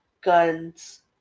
guns